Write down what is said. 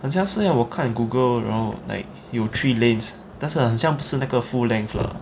好像是 leh 我看 Google you know like 有 three lanes 但是很像不是那个 full length 的